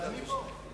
אבל אני פה.